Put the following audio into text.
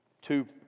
Two